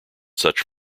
such